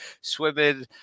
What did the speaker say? swimming